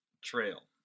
trail